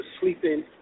sleeping